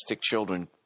children